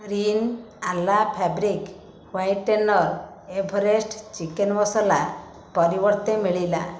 ରିନ ଆଲା fabric whitener Everest chicken masala ପରିବର୍ତ୍ତେ ମିଳିଲା